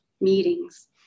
meetings